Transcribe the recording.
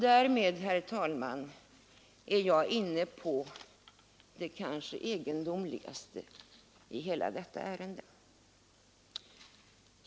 Därmed, herr talman, är jag inne på det kanske egendomligaste i hela detta ärende.